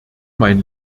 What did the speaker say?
mein